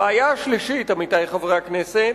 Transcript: הבעיה השלישית, עמיתי חברי הכנסת,